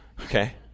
okay